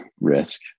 risk